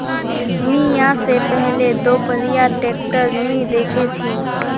मी या से पहले दोपहिया ट्रैक्टर नी देखे छी